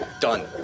Done